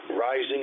rising